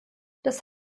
das